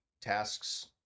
tasks